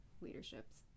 leaderships